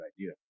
idea